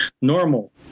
normal